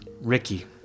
Ricky